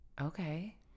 okay